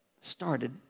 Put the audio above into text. started